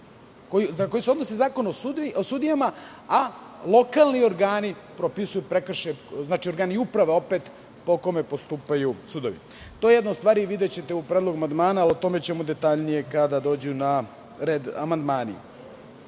koji se odnose na Zakon o sudijama, a lokalni organi propisuju prekršaje. Znači, organi uprave po kome postupaju sudovi. To je jedna od stvari, videćete u predlogu amandmana, a o tome ćemo detaljnije kada dođu na red amandmani. Ono